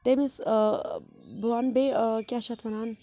تٔمِس بہٕ وَنہٕ بیٚیہِ کیٛاہ چھِ یَتھ وَنان